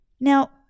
Now